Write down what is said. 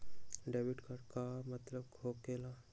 Debit card के का मतलब होकेला?